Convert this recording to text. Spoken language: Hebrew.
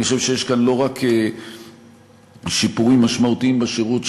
אני חושב שיש כאן לא רק שיפורים משמעותיים בשירות,